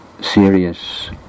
serious